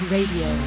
Radio